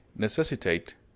necessitate